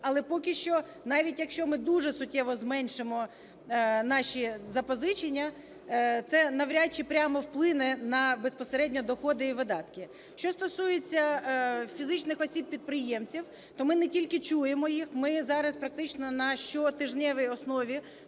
але поки що, навіть якщо ми дуже суттєво зменшимо наші запозичення, це навряд чи прямо вплине на безпосередньо доходи і видатки. Що стосується фізичних осіб підприємців, то ми не тільки чуємо їх, ми зараз практично на щотижневій основі